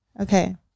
Okay